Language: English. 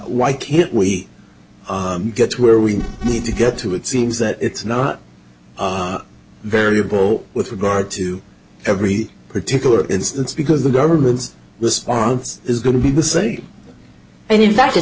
why can't we get where we need to get to it seems that it's not variable with regard to every particular instance because the government's response is going to be the same and i